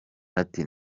ati